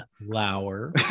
lauer